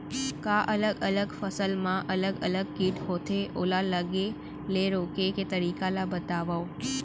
का अलग अलग फसल मा अलग अलग किट होथे, ओला लगे ले रोके के तरीका ला बतावव?